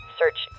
search